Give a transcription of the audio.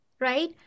right